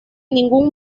ningún